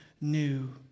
new